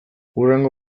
hurrengo